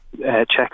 checks